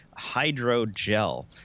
hydrogel